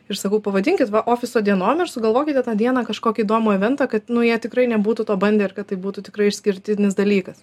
ir sakau pavadinkit ofiso dienom ir sugalvokite tą dieną kažkokį įdomų eventą kad nu jie tikrai nebūtų to bandę ir kad tai būtų tikrai išskirtinis dalykas